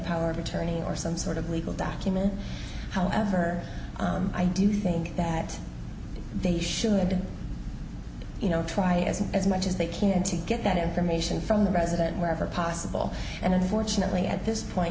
power of attorney or some sort of legal document however i do think that they should you know try as as much as they can to get that information from the president wherever possible and unfortunately at this point